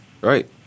Right